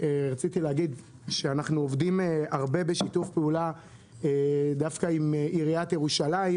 רציתי להגיד שאנחנו עובדים הרבה בשיתוף פעולה דווקא עם עיריית ירושלים